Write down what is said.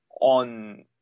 on